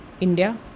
India